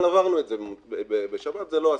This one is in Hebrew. אבל עברנו את זה בשבת, זה לא אסון.